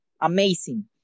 Amazing